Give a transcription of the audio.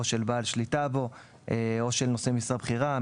של בעל שליטה בו או של נושא משרה בכירה.